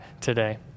today